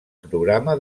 programa